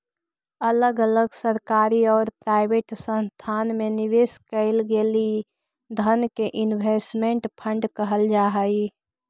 अलग अलग सरकारी औउर प्राइवेट संस्थान में निवेश कईल गेलई धन के इन्वेस्टमेंट फंड कहल जा हई